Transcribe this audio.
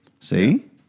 See